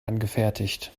angefertigt